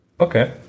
Okay